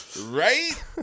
Right